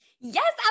Yes